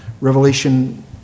Revelation